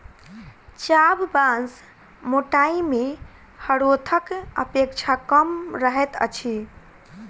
चाभ बाँस मोटाइ मे हरोथक अपेक्षा कम रहैत अछि